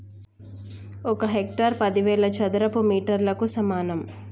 ఒక హెక్టారు పదివేల చదరపు మీటర్లకు సమానం